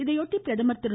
இதையொட்டி பிரதமர் திரு